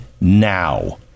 now